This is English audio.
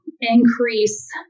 increase